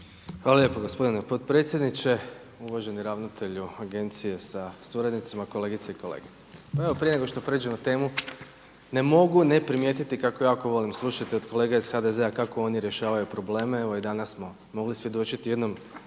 Hvala lijepo gospodine potpredsjedniče. Uvaženi ravnatelju Agencije sa suradnicima, kolegice i kolege. Pa evo prije nego što prijeđem na temu ne mogu ne primijetiti kako jako volim slušati od kolega iz HDZ-a kako oni rješavaju probleme. Evo i danas smo mogli svjedočiti jednom